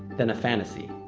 than a fantasy.